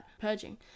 purging